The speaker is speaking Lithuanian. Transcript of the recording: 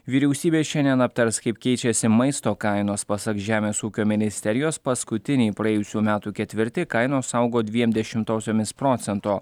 vyriausybė šiandien aptars kaip keičiasi maisto kainos pasak žemės ūkio ministerijos paskutinį praėjusių metų ketvirtį kainos augo dviem dešimtosiomis procento